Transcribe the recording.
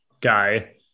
guy